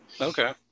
Okay